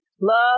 Love